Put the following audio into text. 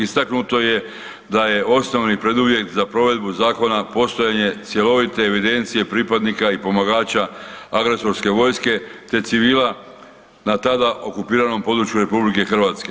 Istaknuto je da je osnovni preduvjet za provedbu zakona postojanje cjelovite evidencije pripadnika i pomagača agresorske vojske te civila na tada okupiranom području RH.